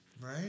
Right